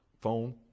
phone